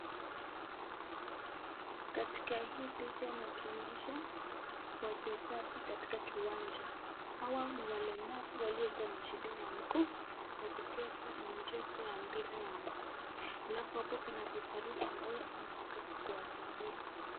Katika hii picha inatuonyesha wachezaji katika kiwanja. Hawa ni walemavu waliyokuwa na shida ya mguu wakicheza mchezo wa mpira ya mguu. Halafu hapo kuna [referee] ambayo kuwasaidia.